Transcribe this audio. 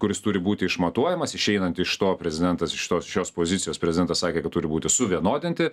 kuris turi būti išmatuojamas išeinant iš to prezidentas iš tos šios pozicijos prezidentas sakė kad turi būti suvienodinti